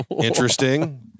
interesting